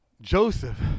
Joseph